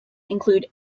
include